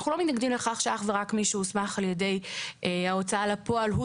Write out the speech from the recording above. אנחנו